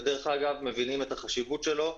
ודרך אגב, הם מבינים את החשיבות שלו.